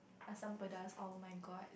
assam-pedas oh-my-god